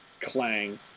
clang